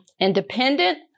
independent